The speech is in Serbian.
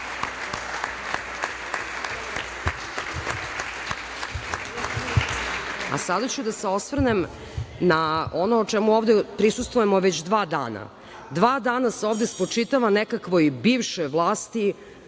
to? Sada ću da se osvrnem na ono čemu ovde prisustvujemo već dva dana. Dva dana se ovde spočitava nekakvoj bivšoj vlasti